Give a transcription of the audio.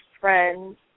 friends